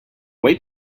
wait